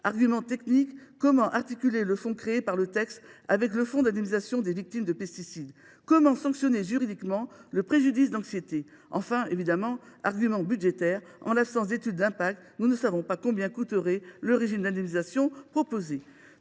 argument technique – comment articuler le fonds créé par le texte avec le fonds d’indemnisation des victimes de pesticides ? comment sanctionner juridiquement le préjudice d’anxiété ?–; enfin, évidemment, argument budgétaire – en l’absence d’étude d’impact, nous ne savons pas combien coûterait le régime d’indemnisation proposé.